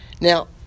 now